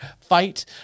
fight